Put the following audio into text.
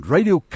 Radio